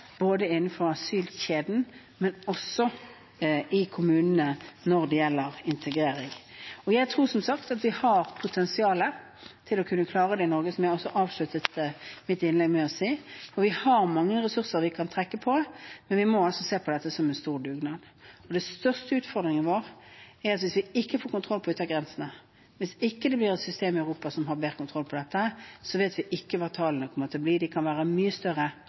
både innenfor asylkjeden og i kommunene når det gjelder integrering. Jeg tror som sagt at vi har potensial til å kunne klare det i Norge, som jeg også avsluttet mitt innlegg med å si, for vi har mange ressurser vi kan trekke på, men vi må altså se på dette som en stor dugnad. Den største utfordringen vår er at hvis vi ikke får kontroll med yttergrensene, hvis ikke det blir et system i Europa som har mer kontroll med dette, vet vi ikke hva tallene kommer til å bli. De kan bli mye større